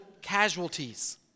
casualties